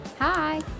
Hi